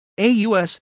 AUS